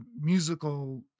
musical